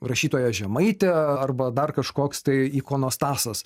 rašytoja žemaitė arba dar kažkoks tai ikonostasas